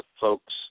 folks